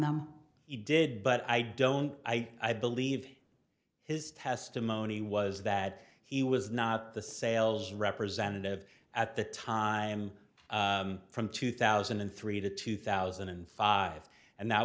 them he did but i don't i i believe his testimony was that he was not the sales representative at the time from two thousand and three to two thousand and five and that